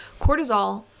cortisol